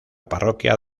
parroquia